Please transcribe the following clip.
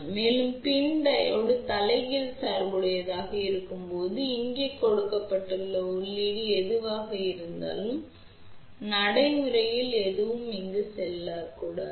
மேலும் பின் டையோடு தலைகீழ் சார்புடையதாக இருக்கும்போது இங்கு கொடுக்கப்பட்ட உள்ளீடு எதுவாக இருந்தாலும் நடைமுறையில் எதுவும் இங்கு செல்லக்கூடாது